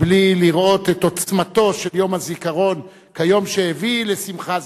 בלי לראות את עוצמתו של יום הזיכרון כיום שהביא לשמחה זו,